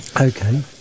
Okay